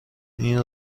این